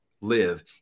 live